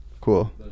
Cool